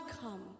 come